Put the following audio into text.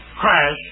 crash